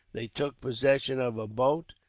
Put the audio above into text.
they took possession of a boat,